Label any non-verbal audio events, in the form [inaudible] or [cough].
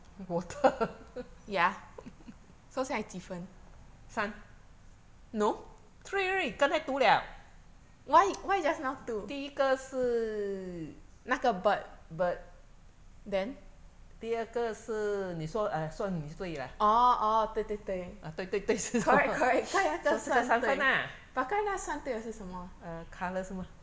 water [laughs] 三 three already 刚才 two 了 [noise] 第一个是 bird 第二个是你说 !aiya! 算你对啦对对对是什么所以现在三分啦 err colour 是吗